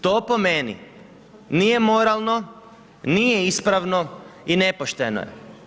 To po meni, nije moralno, nije ispravno i nepošteno je.